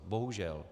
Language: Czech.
Bohužel.